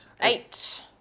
Eight